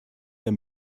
der